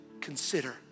consider